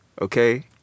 okay